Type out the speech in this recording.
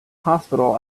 hospital